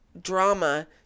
drama